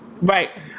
Right